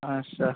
yes sir